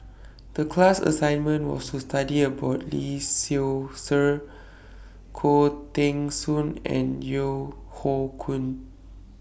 The class assignment was to study about Lee Seow Ser Khoo Teng Soon and Yeo Hoe Koon